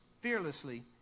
fearlessly